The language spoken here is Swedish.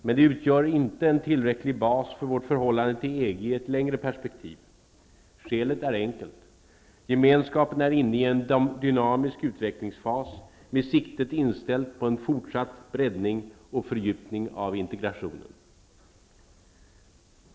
Men det utgör inte en tillräcklig bas för vårt förhållande till EG i ett längre perspektiv. Skälet är enkelt: Gemenskapen är inne i en dynamisk utvecklingsfas med siktet inställt på en fortsatt breddning och fördjupning av integrationen.